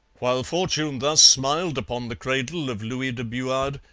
while fortune thus smiled upon the cradle of louis de buade,